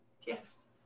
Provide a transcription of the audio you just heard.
Yes